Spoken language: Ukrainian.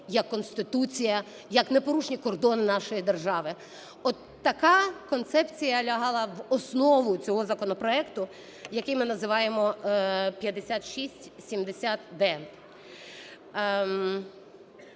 як Конституція, як непорушні кордони нашої держави. От така концепція лягала в основу цього законопроекту, який ми називаємо 5670-д.